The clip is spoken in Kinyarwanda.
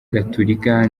gatulika